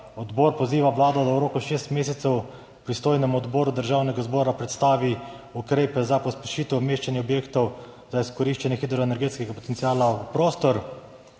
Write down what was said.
»Odbor poziva Vlado, da v roku šestih mesecev pristojnemu odboru Državnega zbora predstavi ukrepe za pospešitev umeščanja objektov za izkoriščanje hidroenergetskega potenciala v prostor.«